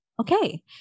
Okay